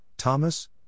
Thomas